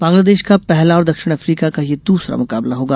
बांग्लादेश का पहला और दक्षिण अफ्रीका का यह दूसरा मुकाबला होगा